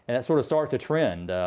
and that sort of starts a trend.